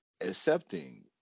accepting